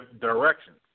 directions